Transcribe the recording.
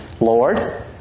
Lord